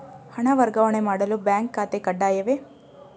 ಹಣ ವರ್ಗಾವಣೆ ಮಾಡಲು ಬ್ಯಾಂಕ್ ಖಾತೆ ಕಡ್ಡಾಯವೇ?